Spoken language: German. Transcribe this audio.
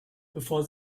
bevor